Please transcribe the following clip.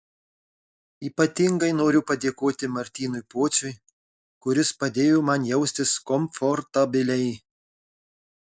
ypatingai noriu padėkoti martynui pociui kuris padėjo man jaustis komfortabiliai